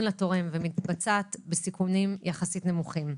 לתורם ומתבצעת בסיכונים יחסית נמוכים.